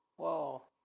!wow!